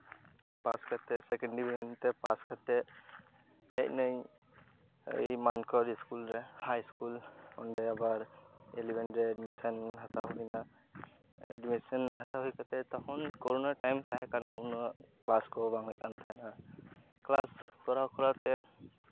ᱯᱟᱥ ᱠᱟᱛᱮᱫ second division ᱛᱮ pass ᱠᱟᱛᱮᱫ ᱦᱮᱡ ᱤᱱᱟᱹᱧ ᱢᱟᱱᱠᱚᱨ ᱥᱠᱩᱞ ᱨᱮ ᱦᱟᱭ ᱥᱠᱩᱞ ᱚᱸᱰᱮ ᱟᱵᱟᱨ ᱤᱞᱤᱵᱷᱮᱱᱨᱮ ᱮᱰᱢᱤᱥᱮᱱ ᱦᱟᱛᱟᱣ ᱦᱩᱭ ᱱᱟ ᱮᱰᱢᱤᱥᱮᱱ ᱦᱟᱛᱟᱣ ᱦᱩᱭ ᱠᱟᱛᱮᱫ ᱛᱚᱠᱷᱚᱱ ᱠᱳᱨᱳᱱᱟ ᱴᱟᱭᱤᱢ ᱛᱟᱦᱮᱸ ᱠᱟᱱᱟ ᱩᱱᱟᱹᱜ ᱠᱞᱟᱥ ᱠᱚ ᱵᱟᱝ ᱦᱩᱭᱩᱜ ᱠᱟᱱ ᱛᱟᱦᱮᱱᱟ ᱠᱞᱟᱥ ᱠᱚᱨᱟᱣ ᱠᱚᱨᱟᱣᱛᱮ